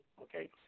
okay